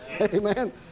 Amen